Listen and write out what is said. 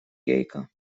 гейка